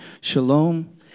Shalom